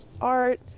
art